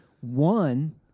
One